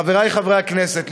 חברי חברי הכנסת,